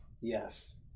yes